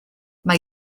mae